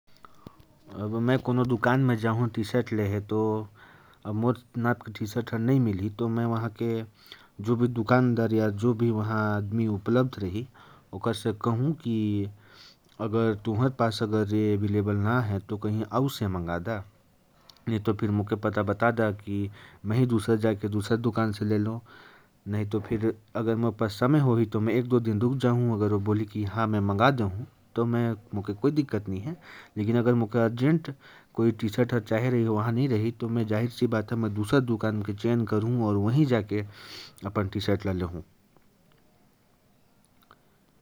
अब, अगर मैं किसी दुकान में जाऊं और नाप के हिसाब से टीशर्ट न मिले, तो मैं दुकानदार से कहूंगा,"ले यार, कल तक मंगा दे नहीं तो बता, और कहां मिलकर दूसरी दुकान से ले लूंगा।"